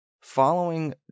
following